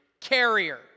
carrier